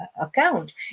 account